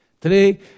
Today